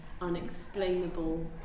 unexplainable